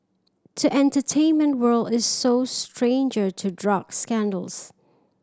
the entertainment world is so stranger to drug scandals